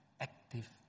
active